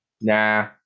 Nah